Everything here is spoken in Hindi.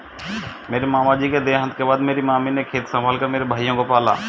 मेरे मामा जी के देहांत के बाद मेरी मामी ने खेत संभाल कर मेरे भाइयों को पाला